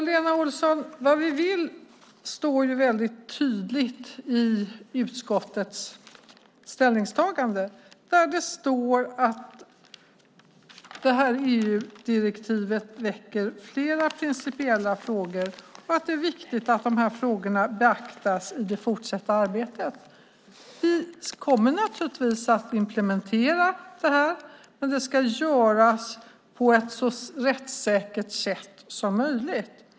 Herr talman! Det vi vill framgår mycket tydligt av utskottets ställningstagande, Lena Olsson. Där står att detta EU-direktiv väcker flera principiella frågor och att det är viktigt att frågorna beaktas i det fortsatta arbetet. Vi kommer naturligtvis att implementera det, men det ska göras på ett så rättssäkert sätt som möjligt.